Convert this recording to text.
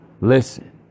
listen